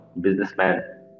businessman